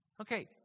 Okay